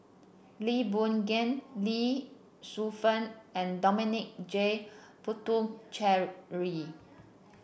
Lee Boon Ngan Lee Shu Fen and Dominic J Puthucheary